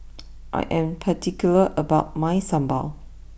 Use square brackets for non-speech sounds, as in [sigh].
[noise] I am particular about my Sambal